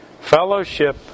fellowship